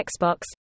Xbox